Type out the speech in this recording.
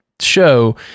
Show